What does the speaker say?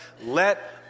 let